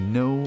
no